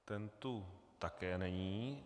Ten tu také není.